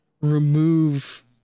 remove